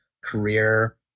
career